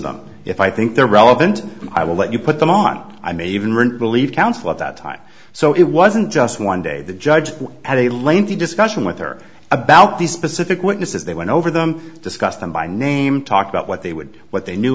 them if i think they're relevant i will let you put them on i may even believe counsel at that time so it wasn't just one day the judge had a lengthy discussion with her a these specific witnesses they went over them discussed them by name talked about what they would what they knew